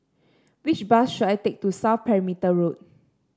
which bus should I take to South Perimeter Road